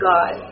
God